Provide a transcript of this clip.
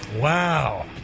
Wow